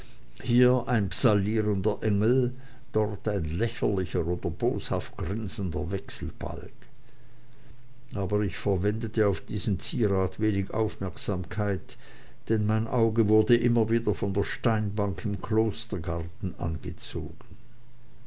hier ein psallierender engel dort ein lächerlicher oder boshafte grinsender wechselbalg aber ich verwendete auf diesen zierat wenig aufmerksamkeit denn mein auge wurde immer wieder von der steinbank im klostergarten angezogen